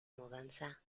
mudanza